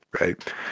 right